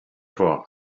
for